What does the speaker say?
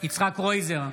יצחק קרויזר,